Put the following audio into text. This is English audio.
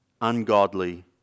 ungodly